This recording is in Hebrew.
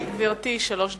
גברתי, שלוש דקות.